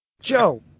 Joe